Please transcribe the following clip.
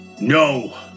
No